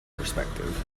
perspective